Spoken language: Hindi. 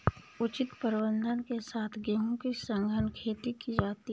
उचित प्रबंधन के साथ गेहूं की सघन खेती की जाती है